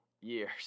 years